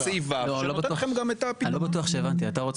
הפניתי לסעיף 60. הבנתי את מה שאמרת